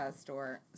store